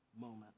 moment